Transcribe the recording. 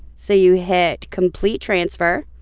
so you hit complete transfer.